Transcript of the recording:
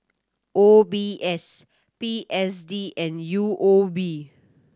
O B S P S D and U O B